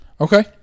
Okay